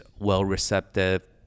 well-receptive